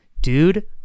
dude